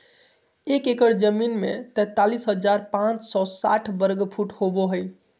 एक एकड़ जमीन में तैंतालीस हजार पांच सौ साठ वर्ग फुट होबो हइ